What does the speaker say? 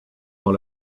dans